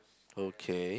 okay